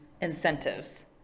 incentives